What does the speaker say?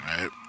right